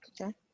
Okay